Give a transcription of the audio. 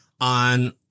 on